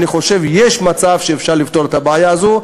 אני חושב שיש מצב שאפשר לפתור את הבעיה הזו.